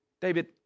David